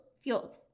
fueled